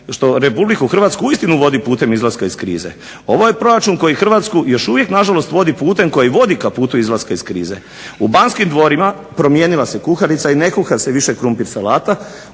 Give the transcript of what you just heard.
što Republiku Hrvatsku uistinu vodi putem izlaska iz krize. Ovo je proračun koji Hrvatsku još uvijek na žalost vodi putem koji vodi ka putu izlaska iz krize. U Banskim dvorima promijenila se kuharica i ne kuha se više krumpir salata